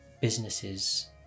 businesses